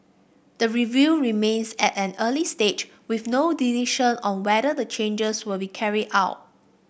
the review remains at an early stage with no decision on whether the changes will be carried out